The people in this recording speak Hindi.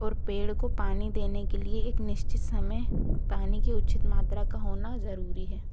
और पेड़ को पानी देने के लिए एक निश्चित समय पानी की उचित मात्रा का होना जरूरी है